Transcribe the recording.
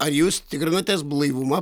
ar jūs tikrinatės blaivumą